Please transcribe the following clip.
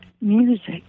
music